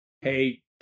hey